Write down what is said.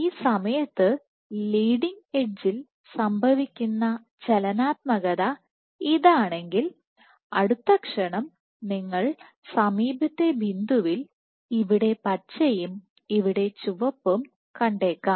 ഈ സമയത്ത് ലീഡിങ് എഡ്ജിൽ സംഭവിക്കുന്ന ചലനാത്മകത ഇതാണെങ്കിൽ അടുത്ത ക്ഷണം നിങ്ങൾ സമീപത്തെ ബിന്ദുവിൽ ഇവിടെ പച്ചയും ഇവിടെ ചുവപ്പും കണ്ടേക്കാം